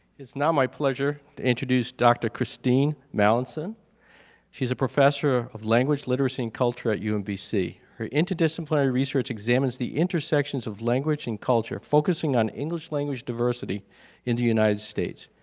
is now my pleasure to introduce dr. christine mallinson she's a professor of language literacy and culture at umbc. her interdisciplinary research examines the inter sections of language and culture. focusing on english language diversity in the united states.